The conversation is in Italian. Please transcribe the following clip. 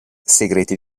segreti